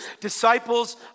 disciples